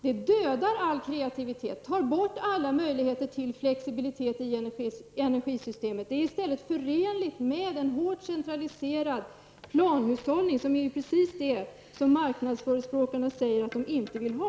Det dödar all kreativitet och tar bort alla möjligheter till flexibilitet i energisystemet. Det är i stället förenligt med en hårt centraliserad planhushållning, precis det som marknadsförespråkarna säger att de inte vill ha.